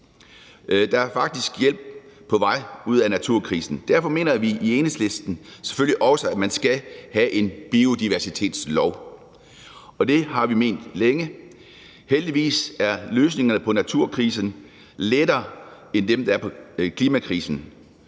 Der er faktisk hjælp på vej ud af naturkrisen. Derfor mener vi i Enhedslisten selvfølgelig også, at man skal have en biodiversitetslov. Det har vi ment længe. Heldigvis er løsningerne på naturkrisen lettere end dem, der er på klimakrisen.